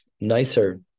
nicer